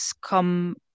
come